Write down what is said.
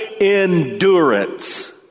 endurance